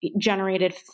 generated